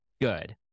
good